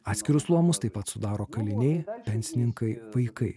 atskirus luomus taip pat sudaro kaliniai pensininkai vaikai